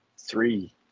three